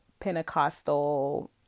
Pentecostal